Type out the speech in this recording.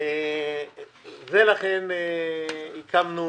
אז הקמנו